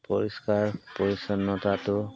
পৰিষ্কাৰ পৰিচ্ছন্নতাটো